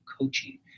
coaching